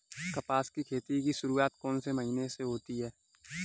कपास की खेती की शुरुआत कौन से महीने से होती है?